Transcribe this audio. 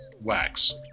wax